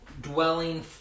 dwelling